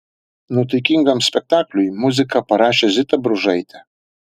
nuotaikingam spektakliui muziką parašė zita bružaitė